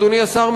אדוני סגן השר,